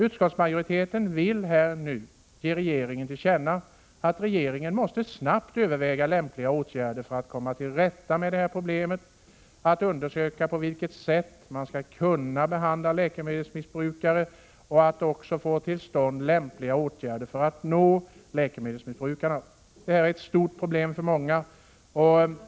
Utskottsmajoriteten vill nu ge regeringen till känna att regeringen snabbt bör överväga lämpliga åtgärder för att komma till rätta med problemet och undersöka på vilket sätt man skall kunna behandla läkemedelsmissbrukare och att också få till stånd lämpliga åtgärder för att nå läkemedelsmissbrukarna. Detta är ett stort problem för många.